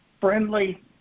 friendly